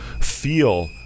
feel